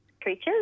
creatures